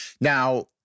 now